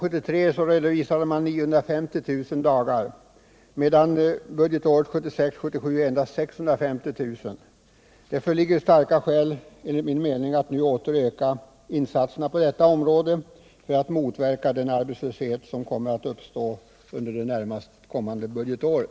Budgetåret 1972 77 endast 650 000. Det föreligger starka skäl att nu åter öka insatserna på detta område för att motverka den arbetslöshet som kommer att uppstå under det närmaste budgetåret.